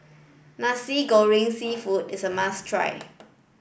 Nasi Goreng Seafood is a must try